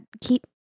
keep